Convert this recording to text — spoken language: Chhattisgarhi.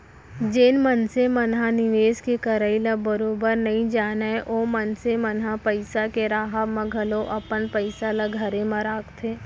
जेन मनसे मन ह निवेस के करई ल बरोबर नइ जानय ओ मनसे मन ह पइसा के राहब म घलौ अपन पइसा ल घरे म राखथे